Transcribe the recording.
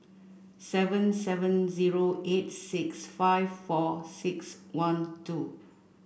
seven seven zero eight six five four six one two